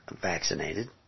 vaccinated